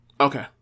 Okay